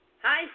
Hi